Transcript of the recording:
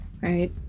right